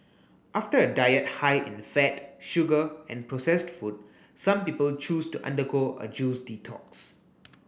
after a diet high in fat sugar and processed food some people choose to undergo a juice detox